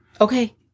okay